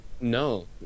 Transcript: No